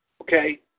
okay